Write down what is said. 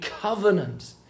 covenant